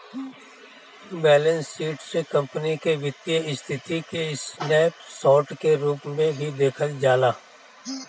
balance sheet से company के वित्तीय स्थिति के स्नैप शोर्ट के रूप में भी देखल जाला